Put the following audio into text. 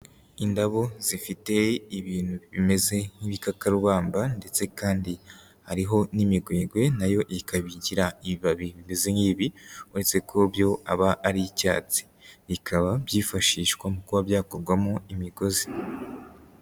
Indabo zifite ibintu bimeze nk'ibikakarubamba, ndetse kandi hariho n'imigwegwe, na yo ikaba igira ibibabi bimeze nk'ibi, uretse ko byo aba ari icyatsi. Bikaba byifashishwa mu kuba byakorwamo imigozi.